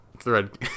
thread